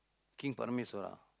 king Parameswara